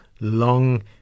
long